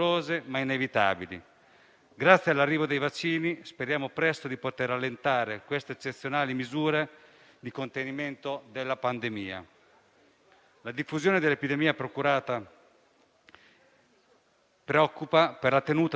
sono crisi di Governo, personalismi e scelte irresponsabili che debbano rallentare le azioni a sostegno della Nazione. Le priorità fin dall'inizio della pandemia sono la tutela dei cittadini e il sostegno alle attività produttive e ai lavoratori.